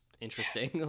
interesting